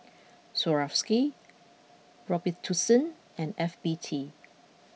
Swarovski Robitussin and F B T